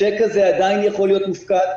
הצ'ק הזה עדיין יכול להיות מופקד,